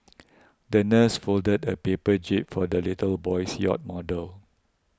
the nurse folded a paper jib for the little boy's yacht model